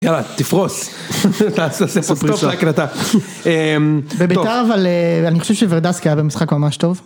יאללה תפרוס, תעשה סטופ להקלטה. ובעיקר אבל אני חושב שוורדסקי היה במשחק ממש טוב.